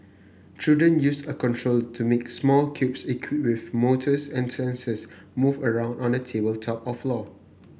children use a controller to make small cubes equipped with motors and sensors move around on a tabletop or floor